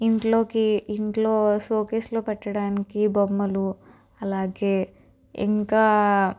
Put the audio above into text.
ఇంట్లోకి ఇంట్లో షోకేస్లో పెట్టడానికి బొమ్మలూ అలాగే ఇంకా